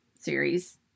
series